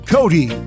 Cody